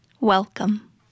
Welcome